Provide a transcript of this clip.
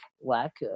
lack